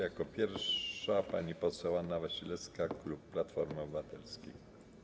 Jako pierwsza pani poseł Anna Wasilewska, klub Platforma Obywatelska.